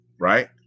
right